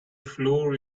floor